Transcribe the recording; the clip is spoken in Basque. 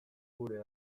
gure